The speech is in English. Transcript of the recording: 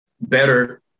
better